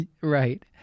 right